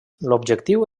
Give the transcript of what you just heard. l’objectiu